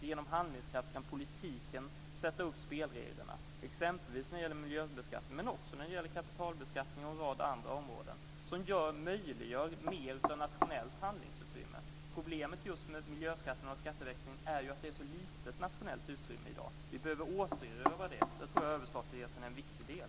Och genom handlingskraft kan politiken sätta upp spelreglerna, exempelvis när det gäller miljöbeskattningen men också när det gäller kapitalbeskattning och en rad andra områden som möjliggör mer av nationellt handlingsutrymme. Problemet just med miljöskatterna och skatteväxlingen är ju att det är ett så litet nationellt utrymme i dag. Vi behöver återerövra det. Då tror jag att överstatligheten är en viktig del.